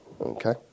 okay